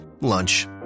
lunch